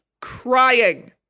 crying